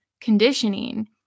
conditioning